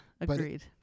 agreed